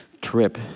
trip